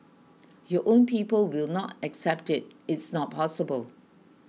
your own people will not accept it it's not possible